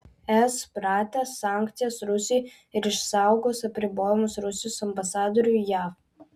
es pratęs sankcijas rusijai ir išsaugos apribojimus rusijos ambasadoriui jav